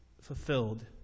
fulfilled